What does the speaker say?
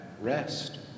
rest